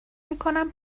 میکنم